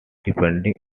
depending